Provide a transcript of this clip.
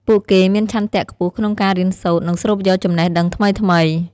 ពួកគេមានឆន្ទៈខ្ពស់ក្នុងការរៀនសូត្រ និងស្រូបយកចំណេះដឹងថ្មីៗ។